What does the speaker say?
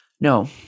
No